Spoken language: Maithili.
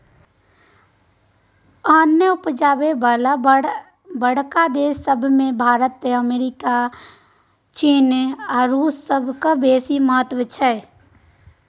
अन्न उपजाबय बला बड़का देस सब मे भारत, चीन, अमेरिका आ रूस सभक बेसी महत्व छै